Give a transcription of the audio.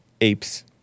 apes